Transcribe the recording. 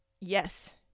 yes